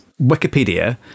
Wikipedia